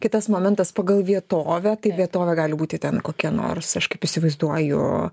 kitas momentas pagal vietovę tai vietovė gali būti ten kokia nors aš kaip įsivaizduoju